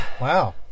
Wow